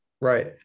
right